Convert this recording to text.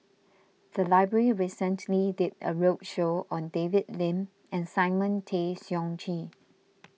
the library recently did a roadshow on David Lim and Simon Tay Seong Chee